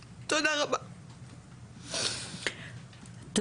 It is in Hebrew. אני מבינה את הכאב שאת מדברת ממנו,